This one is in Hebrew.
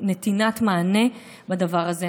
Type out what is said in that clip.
ואי-נתינת מענה בדבר הזה.